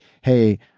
hey